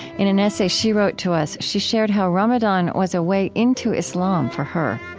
in an essay she wrote to us, she shared how ramadan was a way into islam for her